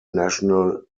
national